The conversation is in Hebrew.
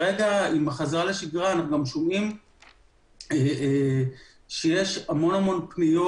עם החזרה לשגרה אנחנו שומעים שיש המון פניות